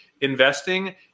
investing